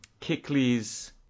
Kickley's